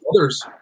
others